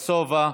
סובה,